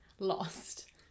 Lost